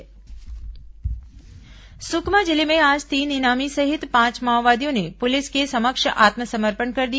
माओवादी समर्पण सुकमा जिले में आज तीन इनामी सहित पांच माओवादियों ने पुलिस के समक्ष आत्मसमर्पण कर दिया